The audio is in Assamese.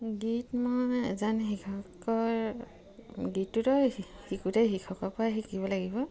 গীত মই এজন শিক্ষকৰ গীতটোতো শিকোতে শিক্ষকৰ পৰাই শিকিব লাগিব